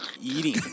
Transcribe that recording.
eating